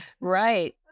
Right